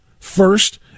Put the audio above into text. First